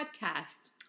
podcast